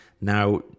now